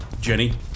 Jenny